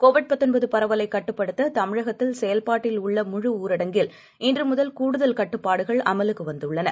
Covid பரவலைக்கட்டுப்படுத்ததமிழகத்தில்செயல்பாட்டில்உள்ளமுழுஊரடங் கில்இன்றுமுதல்கூடுதல்கட்டுப்பாடுகள்அமலுக்குவந்துள்ளன